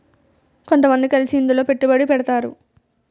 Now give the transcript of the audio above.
కొంతమంది కలిసి ఇందులో పెట్టుబడి పెడతారు